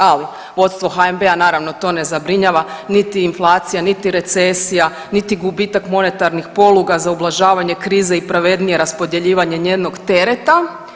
Ali vodstvo HNB-a naravno to ne zabrinjava niti inflacija, niti recesija, niti gubitak monetarnih poluga za ublažavanje krize i pravednije raspodjeljivanje njenog tereta.